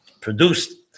produced